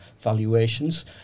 valuations